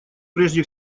прежде